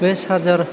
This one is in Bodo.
बे चार्जार